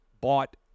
bought